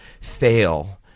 fail